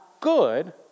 good